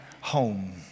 home